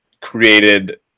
created